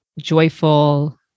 joyful